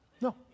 No